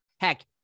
Heck